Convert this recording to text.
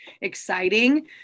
exciting